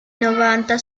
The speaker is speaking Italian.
novanta